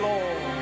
Lord